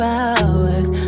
hours